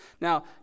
Now